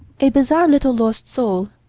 a bizarre little lost soul,